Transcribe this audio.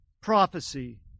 prophecy